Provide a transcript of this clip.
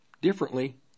differently